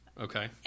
okay